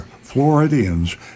Floridians